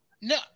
No